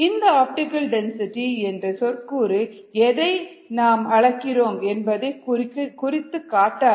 இந்த optical density என்ற சொற்கூறு எதை நாம் அளக்கிறோம் என்பதை குறித்துக் காட்டாது